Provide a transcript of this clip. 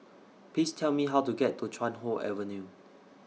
Please Tell Me How to get to Chuan Hoe Avenue